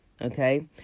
Okay